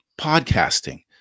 podcasting